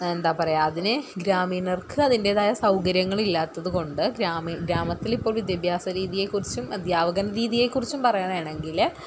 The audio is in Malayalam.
എന്താ പറയുക അതിന് ഗ്രാമീണർക്ക് അതിൻറ്റേതായ സൗകര്യങ്ങളില്ലാത്തതുകൊണ്ട് ഗ്രാമം ഗ്രാമത്തിൽ ഇപ്പോൾ വിദ്യാഭ്യാസരീതിയെക്കുറിച്ചും അധ്യാപക രീതിയെക്കുറിച്ചും പറയാനാണെങ്കിൽ